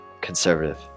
conservative